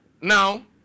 Now